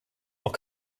noch